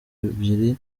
ebyiri